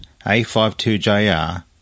A52JR